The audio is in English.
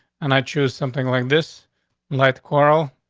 and i choose something like this life quarrel,